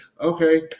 okay